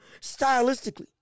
stylistically